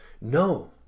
No